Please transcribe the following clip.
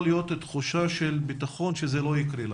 להיות תחושה של ביטחון שזה לא יקרה לו.